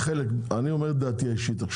אני אומר עכשיו את דעתי האישית.